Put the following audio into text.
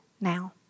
now